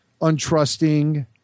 untrusting